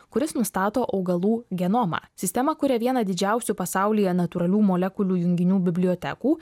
kuris nustato augalų genomą sistemą kuria vieną didžiausių pasaulyje natūralių molekulių junginių bibliotekų